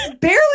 barely